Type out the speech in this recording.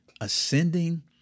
ascending